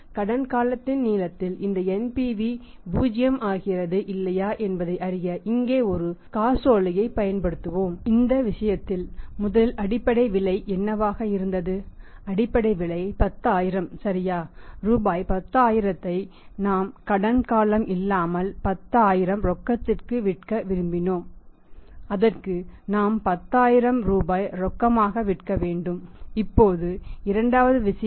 கடன் காலத்தின் நீளத்தில் இந்த NPV 0 ஆகிறதா இல்லையா என்பதை அறிய இங்கே ஒரு காசோலையைப் பயன்படுத்துவோம்